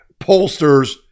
pollsters